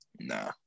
nah